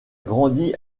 grandi